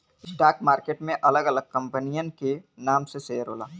stock market में अलग अलग कंपनियन के नाम से शेयर होला